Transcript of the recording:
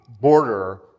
border